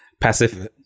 passive